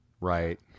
Right